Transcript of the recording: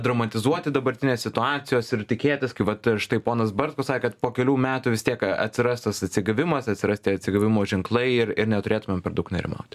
dramatizuoti dabartinės situacijos ir tikėtis kai vat štai ponas bartkus sakė kad po kelių metų vis tiek atsiras tas atsigavimas atsiras tie atsigavimo ženklai ir ir neturėtumėm per daug nerimauti